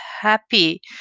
happy